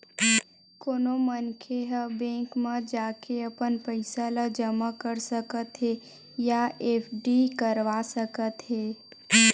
कोनो मनखे ह बेंक म जाके अपन पइसा ल जमा कर सकत हे या एफडी करवा सकत हे